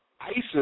Isis